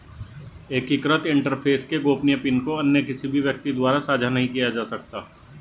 एकीकृत इंटरफ़ेस के गोपनीय पिन को अन्य किसी भी व्यक्ति द्वारा साझा नहीं किया जा सकता